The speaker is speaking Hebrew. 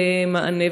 למענה,